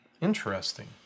Interesting